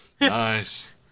Nice